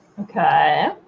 Okay